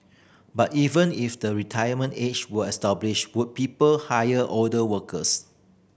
but even if the retirement age were abolished would people hire older workers